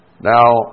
Now